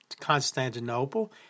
Constantinople